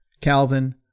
Calvin